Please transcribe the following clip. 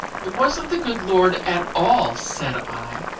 it wasn't the good lord at all said i,